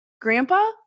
grandpa